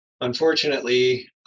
Unfortunately